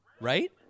right